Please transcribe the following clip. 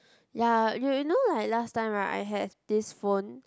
ya you know like last time right I have this phone